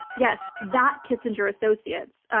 yes, that kissinger associates.